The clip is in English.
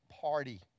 party